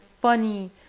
funny